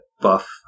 buff